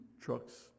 trucks